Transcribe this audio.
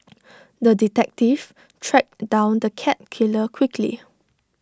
the detective tracked down the cat killer quickly